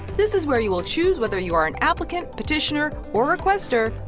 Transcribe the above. this is where you will choose whether you are an applicant, petitioner, or requestor,